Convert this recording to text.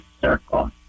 Circle